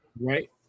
Right